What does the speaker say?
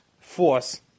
force